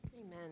Amen